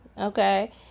Okay